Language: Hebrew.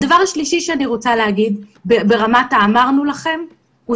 הדבר השלישי שאני רוצה להגיד ברמת אמרנו לכם הוא